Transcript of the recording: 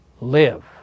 live